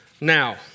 now